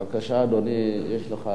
בבקשה, אדוני, יש לך